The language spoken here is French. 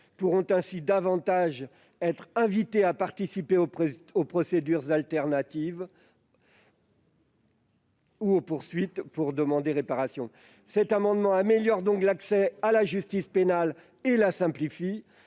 pourront ainsi davantage être invitées à participer aux procédures alternatives ou aux poursuites pour demander réparation. Il s'agit d'améliorer l'accès à la justice pénale en la simplifiant,